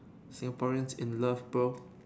Singaporeans in love bro